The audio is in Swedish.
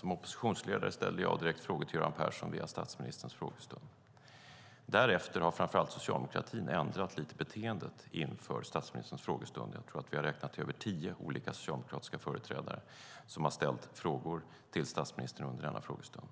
Som oppositionsledare ställde jag direkt frågor till Göran Persson vid statsministerns frågestund. Därefter har framför allt socialdemokratin ändrat beteende inför statsministerns frågestund. Jag tror att vi har räknat till över tio olika socialdemokratiska företrädare som har ställt frågor till statsministern under denna frågestund.